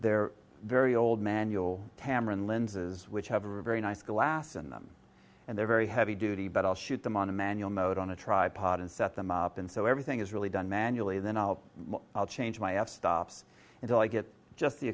they're very old manual tamarind lenses which have a very nice glass in them and they're very heavy duty but i'll shoot them on a manual mode on a tripod and set them up in so everything is really done manually then i'll change my f stops until i get just the